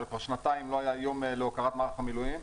כבר שנתיים לא היה יום להוקרת מערכת המילואים,